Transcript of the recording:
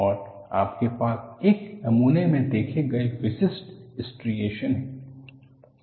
और आपके पास एक नमूने में देखे गए विशिष्ट स्ट्रिएशनस हैं